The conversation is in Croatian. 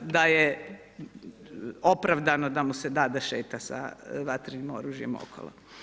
da je opravdano da mu se da da šeta sa vatrenim oružjem okolo.